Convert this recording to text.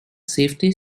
safety